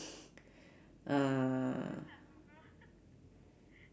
uh